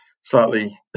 slightly